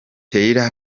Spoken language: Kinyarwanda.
tyler